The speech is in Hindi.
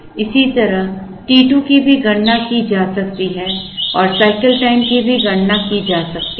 इसी तरह t 2 की भी गणना की जा सकती है और cycle time t की भी गणना की जा सकती है